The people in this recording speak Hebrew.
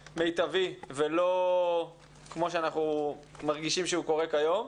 בצורה מיטבית ולא כמו שאנחנו מרגישים שהוא קורה כיום.